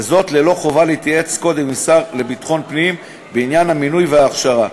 וזאת ללא חובה להתייעץ קודם עם השר לביטחון פנים בעניין המינוי וההכשרה.